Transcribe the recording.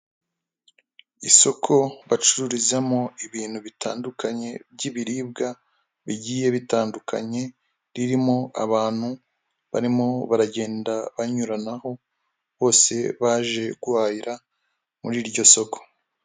Isoko bacururizamo ibintu bitandukanye by'ibiribwa bigiye bitandukanye, ririmo abantu barimo baragenda banyuranaho bose baje guhahira muri iryo soko.